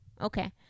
Okay